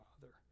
father